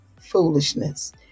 foolishness